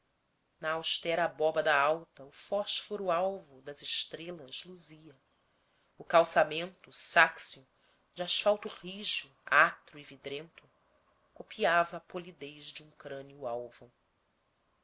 na austera abóbada alta o fósforo alvo das estrelas luzia o calçamento sáxeo de asfalto rijo atro e vidrento copiava a polidez de um crânio alvo